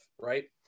right